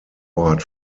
ort